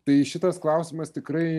tai šitas klausimas tikrai